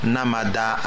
Namada